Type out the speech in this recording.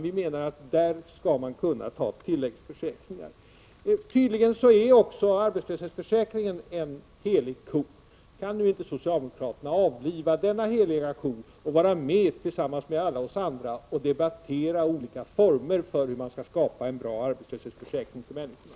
Vi menar att man i stället skall kunna teckna tilläggsförsäkringar. Tydligen är också arbetslöshetsförsäkringen en helig ko. Kan inte socialdemokraterna avliva denna heliga ko och tillsammans med alla oss andra debattera olika former för hur man skall skapa en bra arbetslöshetsförsäkring för människor?